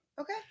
Okay